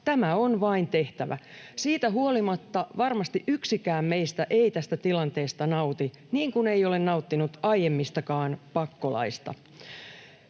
Tämä on vain tehtävä. Siitä huolimatta varmasti yksikään meistä ei tästä tilanteesta nauti, niin kuin ei ole nauttinut aiemmistakaan pakkolaeista.